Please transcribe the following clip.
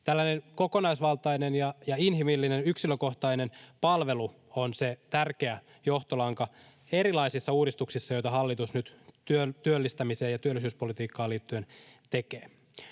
Tällainen kokonaisvaltainen ja inhimillinen, yksilökohtainen palvelu on se tärkeä johtolanka erilaisissa uudistuksissa, joita hallitus nyt työllistämiseen ja työllisyyspolitiikkaan liittyen tekee.